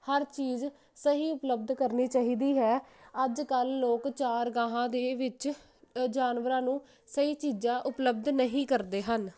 ਹਰ ਚੀਜ਼ ਸਹੀ ਉਪਲਬਧ ਕਰਨੀ ਚਾਹੀਦੀ ਹੈ ਅੱਜ ਕੱਲ ਲੋਕ ਚਾਰ ਗਾਹਾਂ ਦੇ ਵਿੱਚ ਜਾਨਵਰਾਂ ਨੂੰ ਸਹੀ ਚੀਜ਼ਾਂ ਉਪਲਬਧ ਨਹੀਂ ਕਰਦੇ ਹਨ